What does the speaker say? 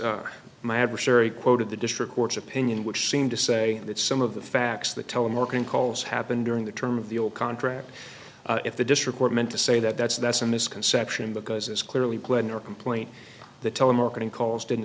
is my adversary quoted the district court's opinion which seemed to say that some of the facts that telemarketing calls happened during the term of the old contract if the district court meant to say that that's that's a misconception because it's clearly glenn your complaint that telemarketing calls didn't